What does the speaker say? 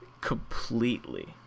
Completely